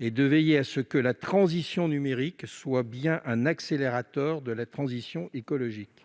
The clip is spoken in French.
et de veiller à ce que la transition numérique soit un accélérateur de la transition écologique.